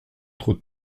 trop